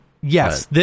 Yes